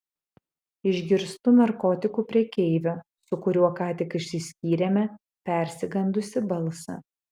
išgirstu narkotikų prekeivio su kuriuo ką tik išsiskyrėme persigandusį balsą